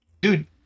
dude